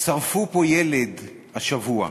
שרפו פה ילד השבוע.